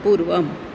पूर्वम्